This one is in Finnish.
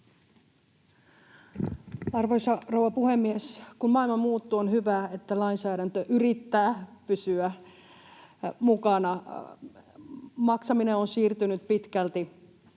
Arvoisa rouva puhemies! Kun maailma muuttuu, on hyvä, että lainsäädäntö yrittää pysyä mukana. Maksaminen on siirtynyt pitkälti